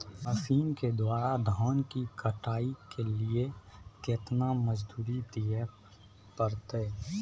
Machine के द्वारा धान की कटाइ के लिये केतना मजदूरी दिये परतय?